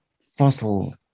fossil